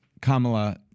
Kamala